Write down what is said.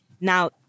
now